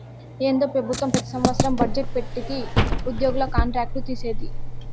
ఏందో పెబుత్వం పెతి సంవత్సరం బజ్జెట్ పెట్టిది ఉద్యోగుల కాంట్రాక్ట్ లు తీసేది